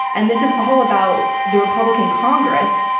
and this is all about the republican congress,